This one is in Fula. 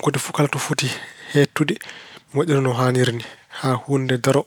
gootel fof kala to foti heedtude. Mi waɗira no haaniri ni haa huunde nde daro.